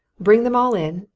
bring them all in,